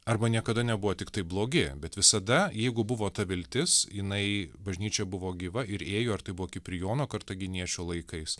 arba niekada nebuvo tiktai blogi bet visada jeigu buvo ta viltis jinai bažnyčia buvo gyva ir ėjo ar tai buvo kiprijono kartaginiečių laikais